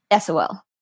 SOL